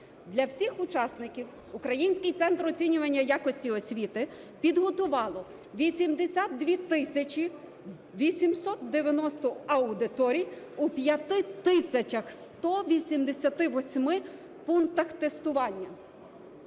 Для всіх учасників Український центр оцінювання якості освіти підготував 82 тисяч 890 аудиторій у 5 тисячах 188 пунктах тестування.